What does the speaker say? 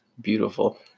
beautiful